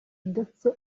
ndetse